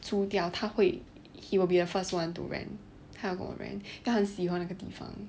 租掉他会 he will be the first [one] to rent 他要跟我 rent 他很喜欢那个地方